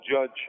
judge